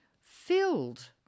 filled